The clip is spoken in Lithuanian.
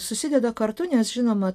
susideda kartu nes žinoma